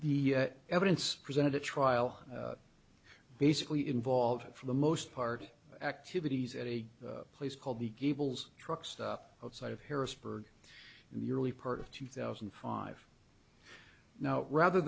the evidence presented at trial basically involved for the most part activities at a place called the gables truck stop outside of harrisburg in the early part of two thousand and five now rather